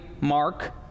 Mark